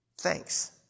thanks